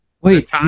Wait